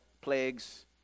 plagues